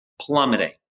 plummeting